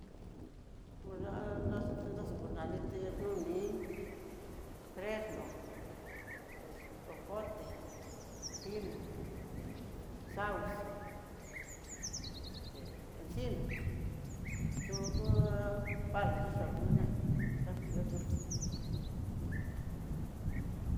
O ya'á naxiti daxi kunanité ti kuin, fresno, es ocote, pino, xaus, este encinó, xuku palo xhixhoñona xaku yukú.